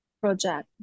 project